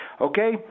Okay